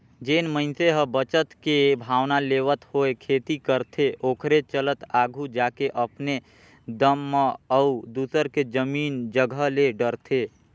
जेन मइनसे ह बचत के भावना लेवत होय खेती करथे ओखरे चलत आघु जाके अपने दम म अउ दूसर के जमीन जगहा ले डरथे